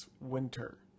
winter